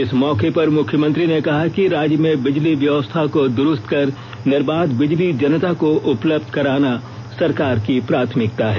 इस मौके पर मुख्यमंत्री ने कहा कि राज्य में बिजली व्यवस्था को दुरूस्त कर निर्बाध बिजली जनता को उपलब्ध कराना सरकार की प्राथमिकता है